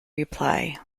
reply